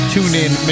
TuneIn